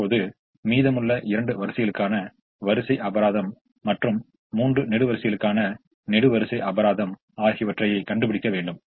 இப்போது மீதமுள்ள இரண்டு வரிசைகளுக்கான வரிசை அபராதம் மற்றும் மூன்று நெடுவரிசைகளுக்கான நெடுவரிசை அபராதம் ஆகியவற்றைக் கண்டுபிடிக்க வேண்டும்